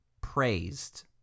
praised